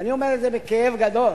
ואני אומר את זה בכאב גדול,